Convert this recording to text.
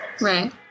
Right